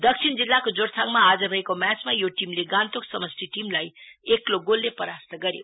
दक्षिण जिल्लाको जोरथाङमा आज भएको म्याचमा यो टीमले गान्तोक समष्टि टीमलाई एकलो गोलले परास्त गर्यो